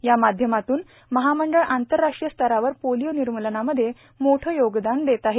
यामाध्यमातून महामंडळ आंतरराष्ट्रीय स्तरावर पोलिओ निर्मूलनामध्ये मोठे योगदान देत आहे